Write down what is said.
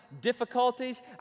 difficulties